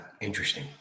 interesting